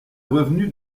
revenu